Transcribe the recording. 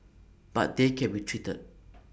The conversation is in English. but they can be treated